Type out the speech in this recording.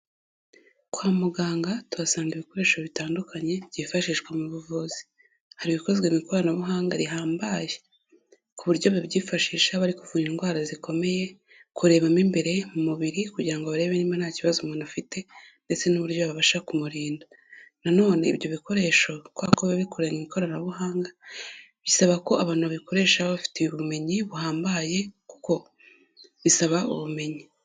Kwa muganga tuhasanga ibikoresho bitandukanye, byifashishwa mu buvuzi, hari ibikozwe mu ikoranabuhanga rihambaye, ku buryo babyifashisha bari kuvura indwara zikomeye, kureba mo imbere mu mubiri, kugira ngo barebe niba nta kibazo umuntu afite, ndetse n'uburyo babasha kumurinda, na none ibyo bikoresho kubera ko biba bikoreye mu ikoranabuhanga bisaba ko abantu babikoresha baba babifitiye ubumenyi buhambaye kuko bisaba ubumenyi.